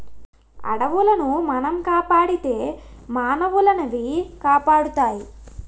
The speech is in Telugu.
అడవులను మనం కాపాడితే మానవులనవి కాపాడుతాయి